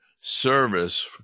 service